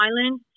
Island